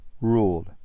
ruled